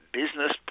business